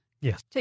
Yes